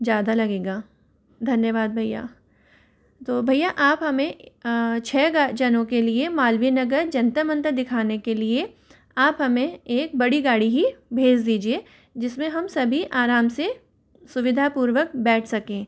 ज्यादा लगेगा धन्यवाद भैया तो भैया आप हमें छ जनों के लिए मालवीय नगर जंतर मंतर दिखाने के लिए आप हमें एक बड़ी गाड़ी ही भेज दीजिए जिसमें हम सभी आराम से सुविधापूर्वक बैठ सकें